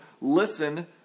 listen